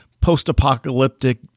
post-apocalyptic